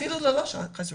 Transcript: אפילו לאלה שלא חזרו.